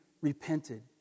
repented